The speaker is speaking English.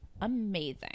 amazing